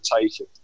taking